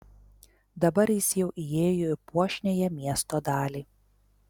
dabar jis jau įėjo į puošniąją miesto dalį